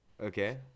Okay